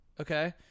okay